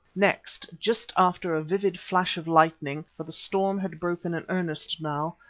next, just after a vivid flash of lightning, for the storm had broken in earnest now,